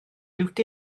liwt